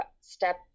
step